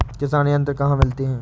किसान यंत्र कहाँ मिलते हैं?